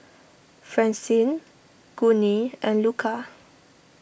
Francine Gurney and Luca